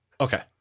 Okay